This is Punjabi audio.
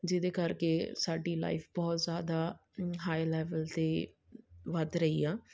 ਜਿਹਦੇ ਕਰਕੇ ਸਾਡੀ ਲਾਈਫ ਬਹੁਤ ਜ਼ਿਆਦਾ ਹਾਈ ਲੈਵਲ 'ਤੇ ਵੱਧ ਰਹੀ ਆ